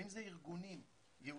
אם זה ארגונים יהודיים,